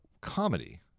comedy